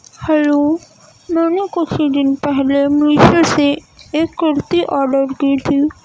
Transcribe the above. hello میں نے کچھ ہی دن پہلے میشو سے ایک کرتی آڈر کی تھی